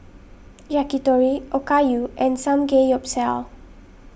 Yakitori Okayu and Samgeyopsal